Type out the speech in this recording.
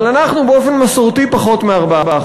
אבל אנחנו באופן מסורתי פחות מ-4%.